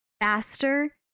faster